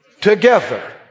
together